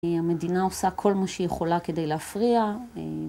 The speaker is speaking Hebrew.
המדינה עושה כל מה שיכולה כדי להפריע